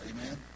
Amen